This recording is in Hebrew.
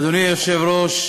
אדוני היושב-ראש,